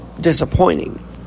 Disappointing